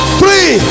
three